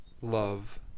love